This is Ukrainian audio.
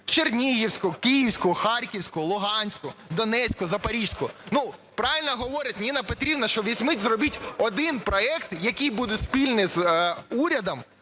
Чернігівську, Київську, Харківську, Луганську, Донецьку, Запорізьку. Ну, правильно говорить Ніна Петрівна, що візьміть зробіть один проект, який буде спільний з урядом,